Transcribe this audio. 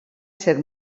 ser